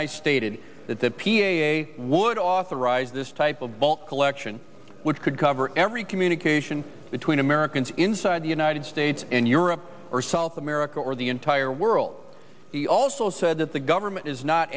i stated that the p a would authorize this type of bulk collection which could cover every communication between americans inside the united states and europe or south america or the entire world he also said that the government is not